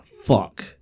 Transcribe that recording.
fuck